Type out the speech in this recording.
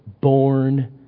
born